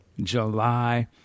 July